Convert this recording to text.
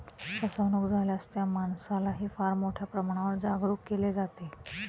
फसवणूक झाल्यास त्या माणसालाही फार मोठ्या प्रमाणावर जागरूक केले जाते